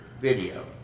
video